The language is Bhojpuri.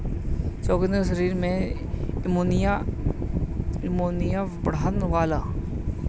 चुकंदर शरीर में इमुनिटी बढ़ावेला